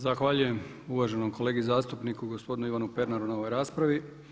Zahvaljujem uvaženom kolegi zastupniku gospodinu Ivanu Pernaru na ovoj raspravi.